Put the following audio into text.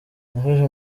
nafashe